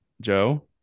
Joe